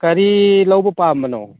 ꯀꯔꯤ ꯂꯧꯕ ꯄꯥꯝꯕꯅꯣ